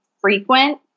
frequent